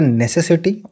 necessity